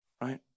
Right